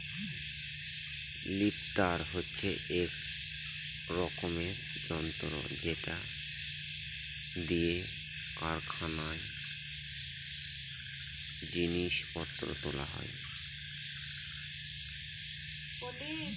lifter হচ্ছে এক রকমের যন্ত্র যেটা দিয়ে কারখানায় জিনিস পত্র তোলা হয়